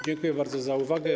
Dziękuję bardzo za uwagę.